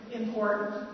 important